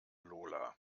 lola